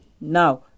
Now